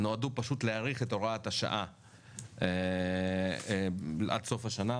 להאריך את הוראת השעה עד סוף השנה,